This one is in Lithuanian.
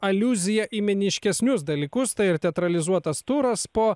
aliuzija į meniškesnius dalykus tai ir teatralizuotas turas po